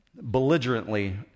belligerently